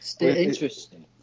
Interesting